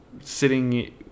sitting